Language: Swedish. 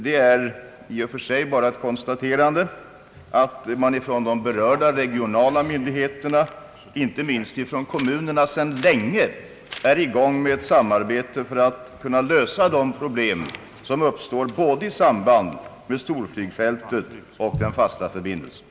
Det andra är bara ett konstaterande, att de berörda regionala myndigheterna — inte minst de kommunala — på bägge sidorna av Öresund sedan länge är i gång med ett samarbete i syfte att lösa de problem som uppstår i samband med både storflygfältet och den fasta förbindelsen.